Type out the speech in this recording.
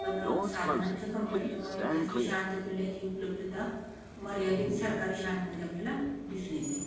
पण साधनांच्या कमतरतेमुळे खाजगी शाळांच्या तुलनेत ही उपलब्धता मर्यादित सरकारी शाळांमध्ये आपल्याला दिसून येते